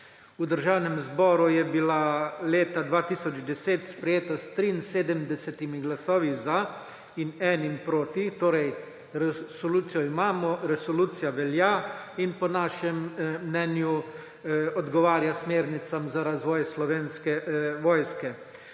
V Državnem zboru je bila leta 2010 sprejeta s 73 glasovi za in 1 proti. Torej resolucijo imamo, resolucija velja in po našem mnenju odgovarja smernicam za razvoj Slovenske vojske.